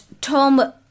Tom